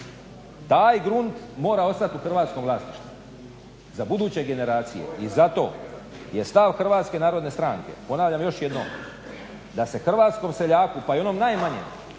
taj grunt mora ostat u hrvatskom vlasništvu za buduće generacije. I zato je stav HNS-a, ponavljam još jednom, da se hrvatskom seljaku pa i onom najmanjem